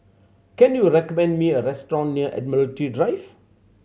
can you recommend me a restaurant near Admiralty Drive